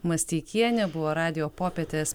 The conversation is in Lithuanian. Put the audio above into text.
masteikienė buvo radijo popietės